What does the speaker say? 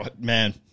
man